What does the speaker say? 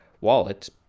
wallet